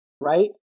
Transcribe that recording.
right